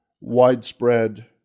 widespread